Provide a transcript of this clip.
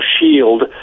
shield